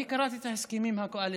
אני קראתי את ההסכמים הקואליציוניים,